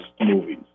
movies